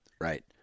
Right